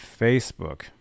Facebook